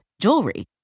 jewelry